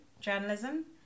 journalism